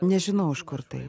nežinau iš kur tai